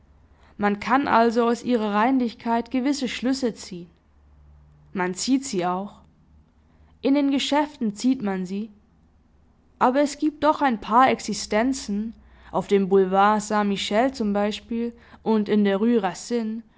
man kann also aus ihrer reinlichkeit gewisse schlüsse ziehen man zieht sie auch in den geschäften zieht man sie aber es giebt doch ein paar existenzen auf dem boulevard saint michel zum beispiel und in der